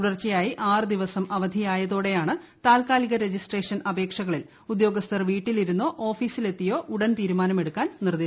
തുടർച്ചയായി ആറു ദിവസം അവധിയായതോടെയാണ് താത്കാലിക രജിസ്ട്രേഷൻ അപേക്ഷകളിൽ ഉദ്യോഗസ്ഥർ വീട്ടിലിരുന്നോ ഓഫീസിലെത്തിയോ ഉടൻ തീരുമാനമെടുക്കാൻ നിർദേശം നൽകിയത്